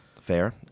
fair